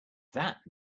that